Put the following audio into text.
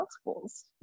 schools